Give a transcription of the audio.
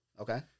Okay